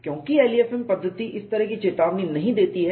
क्योंकि LEFM पद्धति इस तरह की चेतावनी नहीं देती है